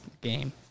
game